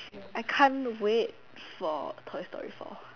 I can't wait for toy story four